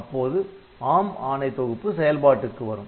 அப்போது ARM ஆணை தொகுப்பு செயல்பாட்டுக்கு வரும்